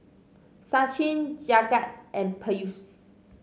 Sachin Jagat and Peyush